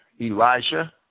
Elijah